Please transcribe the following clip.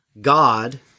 God